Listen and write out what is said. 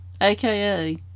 aka